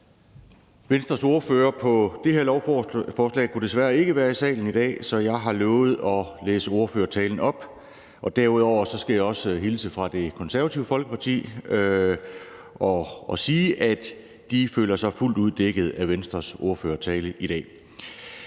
Venstres ordfører på det her lovforslag kunne desværre ikke være i salen i dag, så jeg har lovet at læse ordførertalen op. Derudover skal jeg hilse fra Det Konservative Folkeparti og sige, at de føler sig fuldt ud dækket af Venstres ordførertale i dag.